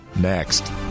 next